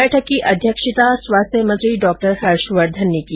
बैठक की अध्यक्षता स्वास्थ्य मंत्री डॉ हर्षवर्धन ने की